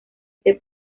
este